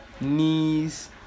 knees